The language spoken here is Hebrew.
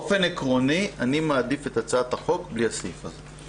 עקרוני אני מעדיף את הצעת החוק בלי הסעיף הזה.